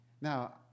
Now